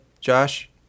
Josh